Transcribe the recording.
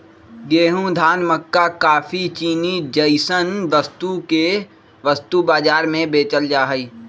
गेंहूं, धान, मक्का काफी, चीनी जैसन वस्तु के वस्तु बाजार में बेचल जा हई